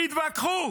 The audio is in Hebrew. תתווכחו,